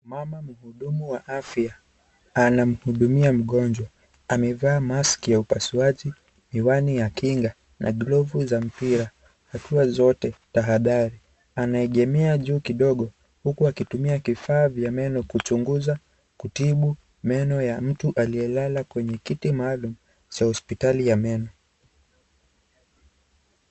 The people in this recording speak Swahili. Mama mhudumu wa afya anamhudumia mgonjwa amevaa mask ya upasuaji, miwani ya kinga na glovu za mpira hatua zote tahadhari. Anayeegemea juu kidogo huku wakitumia vifaa vya meno kuchunguza kutibu meno ya mtu aliyelala kwenye kiti maalum cha hospitali ya meno.